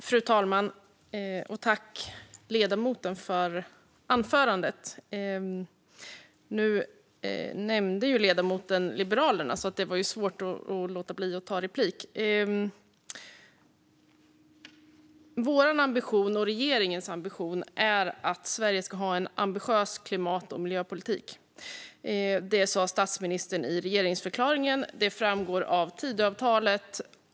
Fru talman! Tack, ledamoten, för anförandet! Ledamoten nämnde Liberalerna, så det var svårt att låta bli att ta replik. Vår och regeringens ambition är att Sverige ska ha en ambitiös klimat och miljöpolitik. Detta sa statsministern i regeringsförklaringen, och det framgår av Tidöavtalet.